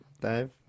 Dave